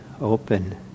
open